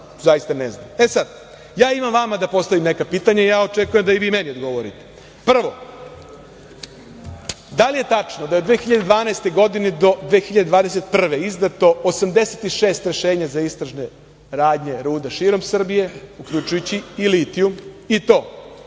zaista ne znam. Ja imam vama da postavim neka pitanja i očekujem da vi meni odgovorite. Prvo, da li je tačno da je 2012. do 2021. godine izdato 86 rešenja za istražne radnje rude širom Srbije, uključujući i litijum, i to